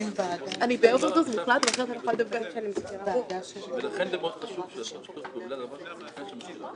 עושה היום שינוי מבחינת תכניות הלימודים?